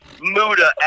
Muda